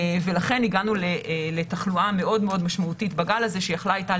ולכן הגענו לתחלואה מאוד מאוד משמעותית בגל הזה שיכולה הייתה